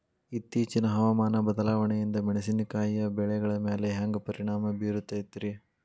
ಇತ್ತೇಚಿನ ಹವಾಮಾನ ಬದಲಾವಣೆಯಿಂದ ಮೆಣಸಿನಕಾಯಿಯ ಬೆಳೆಗಳ ಮ್ಯಾಲೆ ಹ್ಯಾಂಗ ಪರಿಣಾಮ ಬೇರುತ್ತೈತರೇ?